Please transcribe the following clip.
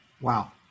Wow